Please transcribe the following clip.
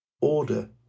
order